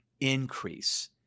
increase